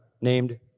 named